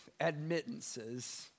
admittances